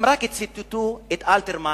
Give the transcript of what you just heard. הם רק ציטטו את אלתרמן